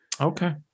Okay